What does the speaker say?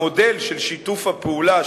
המודל של שיתוף הפעולה,